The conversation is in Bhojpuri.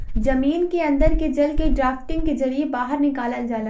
जमीन के अन्दर के जल के ड्राफ्टिंग के जरिये बाहर निकाल जाला